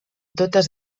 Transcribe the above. totes